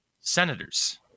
Senators